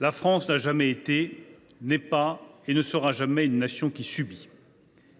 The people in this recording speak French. La France n’a jamais été et ne sera jamais une nation qui subit,